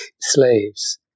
slaves